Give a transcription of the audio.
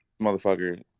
Motherfucker